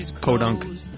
podunk